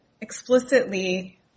explicitly